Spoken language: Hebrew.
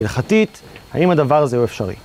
הלכתית, האם הדבר הזה הוא אפשרי?